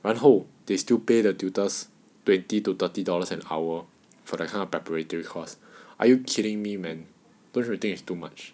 然后 they still pay the tutors twenty to thirty dollars an hour for that kind of preparatory course are you kidding man don't you think it's too much